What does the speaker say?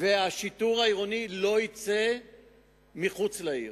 והשיטור העירוני לא יצא מחוץ לעיר.